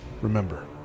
Remember